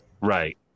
right